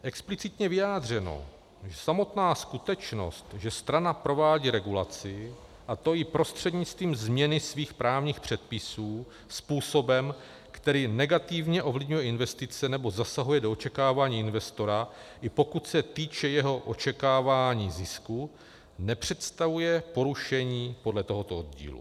Explicitně vyjádřeno, samotná skutečnost, že strana provádí regulaci, a to i prostřednictvím změny svých právních předpisů způsobem, který negativně ovlivňuje investice nebo zasahuje do očekávání investora, i pokud se týče jeho očekávání zisku, nepředstavuje porušení podle tohoto oddílu.